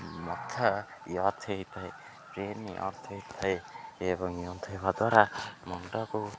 ମଥା ୟାର୍ଥ ହେଇଥାଏ ବ୍ରେନ୍ ୟାର୍ଥ ହେଇଥାଏ ଏବଂ ୟାର୍ଥ ହେବା ଦ୍ୱାରା ମୁଣ୍ଡକୁ